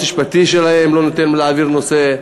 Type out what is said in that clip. המשפטי שלהם לא נותן להם להעביר נושא,